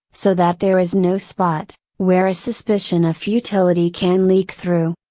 so that there is no spot, where a suspicion of futility can leak through.